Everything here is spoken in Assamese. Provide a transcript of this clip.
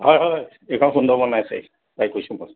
হয় হয় এইখন সুন্দৰ বনাইছে